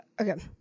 Okay